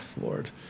Lord